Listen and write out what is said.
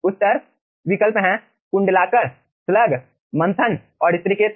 उत्तर विकल्प हैं कुंडलाकार स्लग मंथन और स्तरीकृत